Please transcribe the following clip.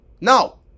No